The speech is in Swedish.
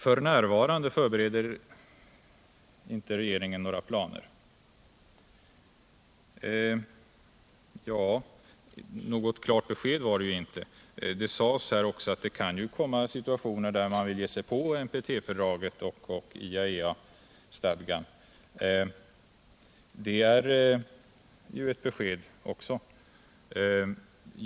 F. n. förbereder inte regeringen någonting. Något klart besked var det ju inte. Det sades också att det kan uppstå situationer, då man vill ge sig på NPT fördraget och IAEA-stadgan, och det är ju också ett besked.